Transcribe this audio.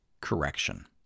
correction